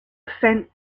fence